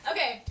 Okay